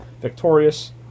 victorious